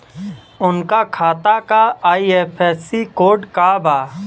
उनका खाता का आई.एफ.एस.सी कोड का बा?